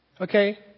Okay